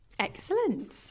Excellent